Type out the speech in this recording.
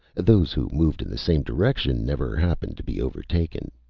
those who moved in the same direction never happened to be overtaken.